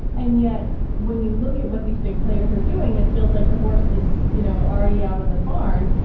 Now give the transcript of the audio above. and yet when you look at what these big players are doing, it feels like the horses, you know, are already out of the barn.